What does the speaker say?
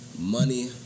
money